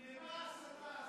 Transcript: למה ההסתה הזאת?